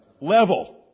level